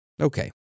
Okay